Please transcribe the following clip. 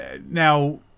Now